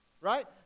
right